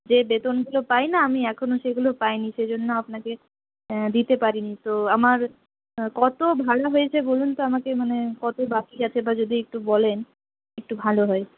যে বেতনগুলো পাই না আমি এখনও সেগুলো পাইনি সেজন্য আপনাকে দিতে পারিনি তো আমার কত ভাড়া হয়েছে বলুন তো আমাকে মানে কত বাকি আছে বা যদি একটু বলেন একটু ভালো হয়